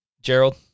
Gerald